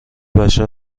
بشر